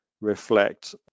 reflect